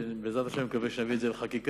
בעזרת השם, נקווה שנביא את זה לחקיקה.